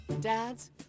Dads